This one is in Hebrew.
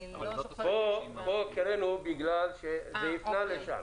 פה הקראנו כי זה הפנה לשם.